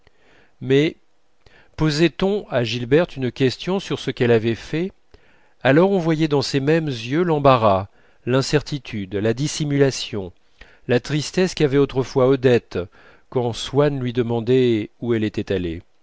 mais posait on à gilberte une question sur ce qu'elle avait fait alors on voyait dans ces mêmes yeux l'embarras l'incertitude la dissimulation la tristesse qu'avait autrefois odette quand swann lui demandait où elle était allée